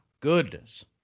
goodness